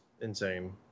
insane